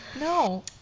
No